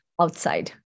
outside